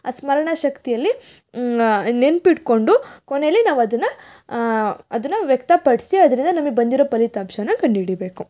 ಸ್ಮರಣ ಶಕ್ತಿಯಲ್ಲಿ ನೆನಪಿಟ್ಕೊಂಡು ಕೊನೆಯಲ್ಲಿ ನಾವು ಅದನ್ನು ಅದನ್ನು ವ್ಯಕ್ತಪಡಿಸಿ ಅದರಿಂದ ನಮಗ್ ಬಂದಿರೊ ಫಲಿತಾಂಶ ಕಂಡ್ಹಿಡಿಬೇಕು